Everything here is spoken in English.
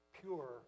pure